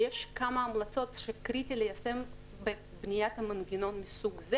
ויש כמה המלצות שקריטי ליישם בבניית מנגנון מסוג זה